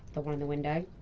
the one in the window,